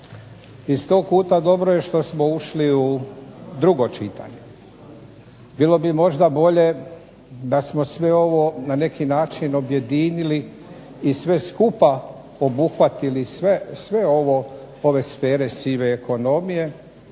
Iz tog kuta dobro je što smo ušli u drugo čitanje. Bilo bi možda bolje da smo sve ovo na neki način objedinili i sve skupa obuhvatili sve ove sfere sive ekonomije,